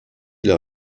leur